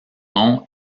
nom